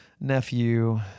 nephew